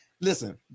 Listen